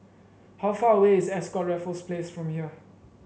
how far away is Ascott Raffles Place from here